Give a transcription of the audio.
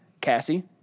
Cassie